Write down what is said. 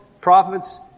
prophets